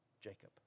Jacob